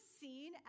seen